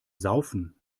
saufen